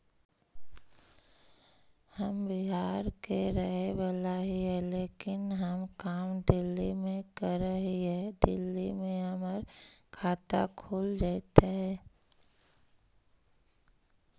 हम बिहार के रहेवाला हिय लेकिन हम काम दिल्ली में कर हिय, दिल्ली में हमर खाता खुल जैतै?